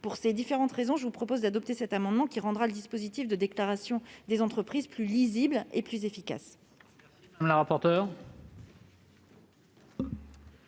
Pour ces différentes raisons, je vous propose d'adopter cet amendement, ce qui rendra le dispositif de déclaration des entreprises plus lisible et plus efficace.